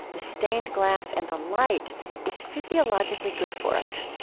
the stained glass, and the light is physiologically good for us.